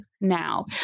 now